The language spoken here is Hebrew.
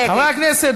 נגד חברי הכנסת,